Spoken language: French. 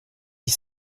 dix